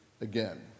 again